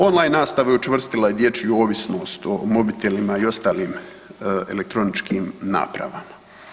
Online nastava učvrstila je dječju ovisnost o mobitelima i ostalim elektroničkim napravama.